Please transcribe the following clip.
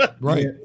Right